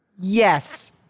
yes